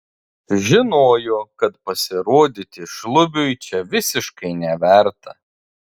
žinojo kad pasirodyti šlubiui čia visiškai neverta